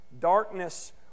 Darkness